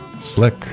Slick